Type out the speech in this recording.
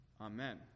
Amen